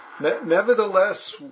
nevertheless